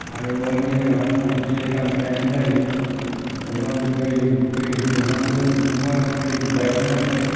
आरो बेयावनो जोंहा सानसे गाहाम थाहैनाय जायो बबावबा दै सोनांगौ बबावबा दै बायनानै लांनाय